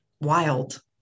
Wild